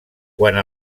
quant